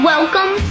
Welcome